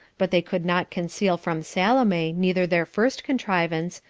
but they could not conceal from salome neither their first contrivance,